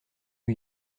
new